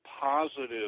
positive